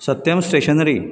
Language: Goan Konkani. सत्यम स्टेशनरी